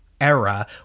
era